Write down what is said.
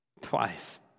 Twice